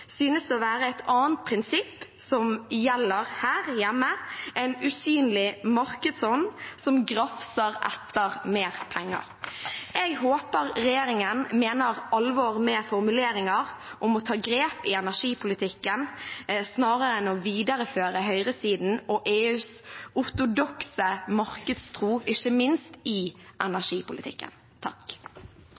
synes det å være et annet prinsipp som gjelder her hjemme: en usynlig markedsånd som grafser etter mer penger. Jeg håper regjeringen mener alvor med formuleringer om å ta grep i energipolitikken snarere enn å videreføre høyresidens og EUs ortodokse markedstro, ikke minst i energipolitikken.